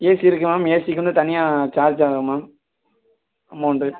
AC இருக்குது ma'am ஏசிக்கு வந்து தனியாக சார்ஜ் ஆகும் மேம் அமவுண்ட்டு